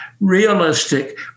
realistic